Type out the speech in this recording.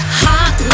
hot